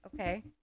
Okay